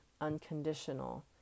unconditional